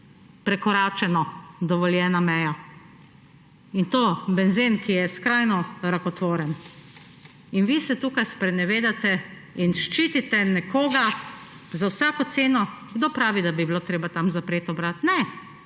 prekoračena dovoljena meja, in to benzena, ki je skrajno rakotvoren. In vi se tukaj sprenevedate in ščitite nekoga za vsako ceno. Kdo pravi, da bi bilo treba tam zapreti obrat? Ne,